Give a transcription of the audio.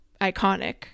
iconic